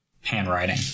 Handwriting